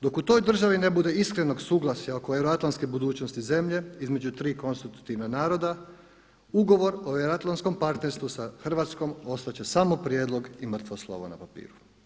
Dok u toj državi ne bude iskrenog suglasaja oko euroatlantske budućnosti zemlje između tri konstitutivna naroda, ugovor o euroatlantskom partnerstvu sa Hrvatskom ostat će samo prijedlog i mrtvo slovo na papiru.